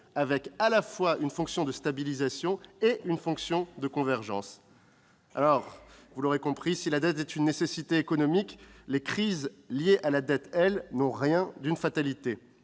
avec à la fois une fonction de stabilisation et une fonction de convergence. Si la dette est une nécessité économique, les crises liées à la dette n'ont rien d'une fatalité.